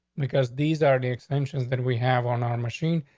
because these are the extensions that we have on our machine.